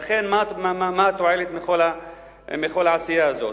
לכן, מה התועלת בכל העשייה הזאת?